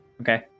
Okay